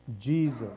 Jesus